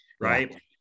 right